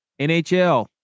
nhl